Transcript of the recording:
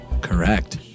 Correct